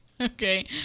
Okay